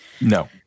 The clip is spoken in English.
No